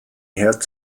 herd